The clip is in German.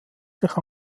sich